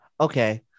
okay